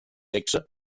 sexe